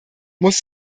muss